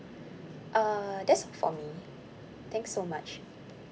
uh that's it for me thanks so much